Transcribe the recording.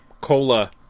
Cola